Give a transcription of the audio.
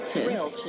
Real